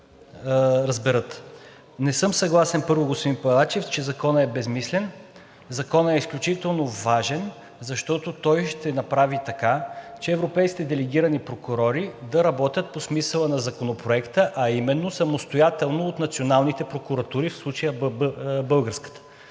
Не съм съгласен, първо, господин Балачев, че Законът е безсмислен. Законът е изключително важен, защото той ще направи така, че европейските делегирани прокурори да работят по смисъла на Законопроекта, а именно самостоятелно от националните прокуратури – в случая българската.